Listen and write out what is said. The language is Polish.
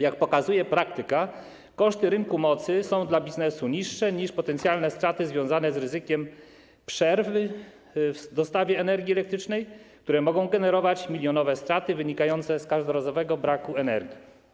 Jak pokazuje praktyka, koszty rynku mocy są dla biznesu niższe niż potencjalne straty związane z ryzykiem przerw w dostawie energii elektrycznej, które mogą generować milionowe straty wynikające z każdorazowego braku energii.